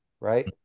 right